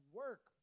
work